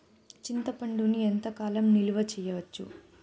చింతపండును ఎంత కాలం నిలువ చేయవచ్చు?